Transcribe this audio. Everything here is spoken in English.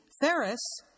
Ferris